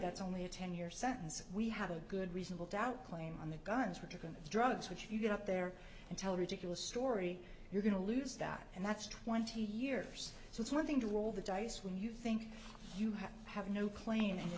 that's only a ten year sentence we have a good reasonable doubt claim on the guns we're going to drugs which you get up there and tell ridiculous story you're going to lose that and that's twenty years so it's one thing to roll the dice when you think you have have no claim and